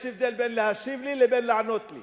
יש הבדל בין להשיב לי לבין לענות לי.